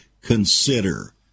consider